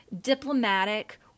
diplomatic